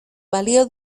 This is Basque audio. balio